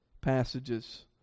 passages